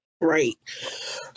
right